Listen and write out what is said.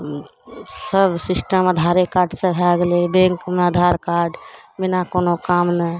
सब सिस्टम आधारे कार्डसे भए गेलैए बैँकमे आधार कार्ड बिना कोनो काम नहि